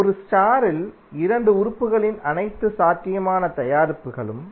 ஒரு ஸ்டார் ல் 2 உறுப்புகளின் அனைத்து சாத்தியமான தயாரிப்புகளும்